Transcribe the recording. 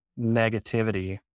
negativity